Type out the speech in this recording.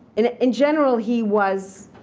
and in general, he was